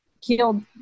killed